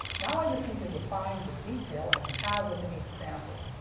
now i just need to define the detail i can have within each sample.